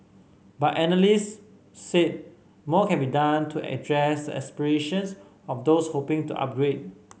but analyst said more can be done to address aspirations of those hoping to upgrade